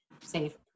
safe